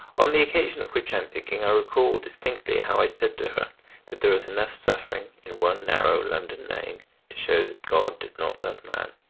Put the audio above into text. on the occasion of which i am thinking i recall distinctly how i said to her that there was enough suffering in one narrow london lane to show that god did not love man,